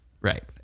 right